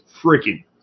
freaking